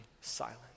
silent